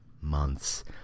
months